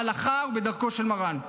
ההלכה ובדרכו של מרן.